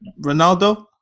Ronaldo